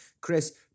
Chris